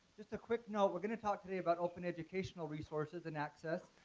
just a quick note, we're gonna talk today about open educational resources and access.